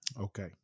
Okay